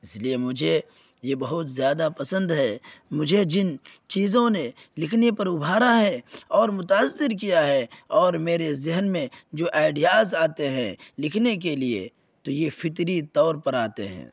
اس لیے مجھے یہ بہت زیادہ پسند ہے مجھے جن چیزوں نے لکھنے پر ابھارا ہے اور متاثر کیا ہے اور میرے ذہن میں جو آئیڈیاز آتے ہیں لکھنے کے لیے تو یہ فطری طور پر آتے ہیں